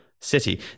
City